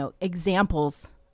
examples